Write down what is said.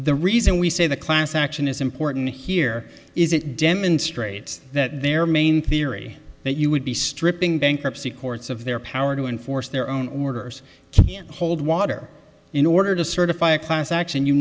the reason we say the class action is important here is it demonstrates that their main theory that you would be stripping bankruptcy courts of their power to and force their own orders to hold water in order to certify a class action you